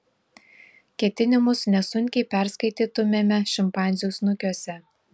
ketinimus nesunkiai perskaitytumėme šimpanzių snukiuose